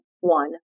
one